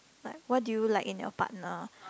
like what do you like in your partner